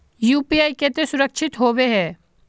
UPI केते सुरक्षित होबे है?